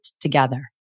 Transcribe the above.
together